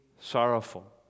sorrowful